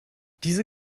diese